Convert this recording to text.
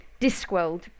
Discworld